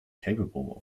capable